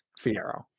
Fierro